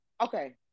Okay